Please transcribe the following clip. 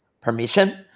permission